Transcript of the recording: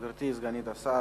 גברתי סגנית השר,